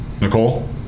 Nicole